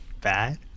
bad